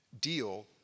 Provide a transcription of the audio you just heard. deal